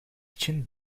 için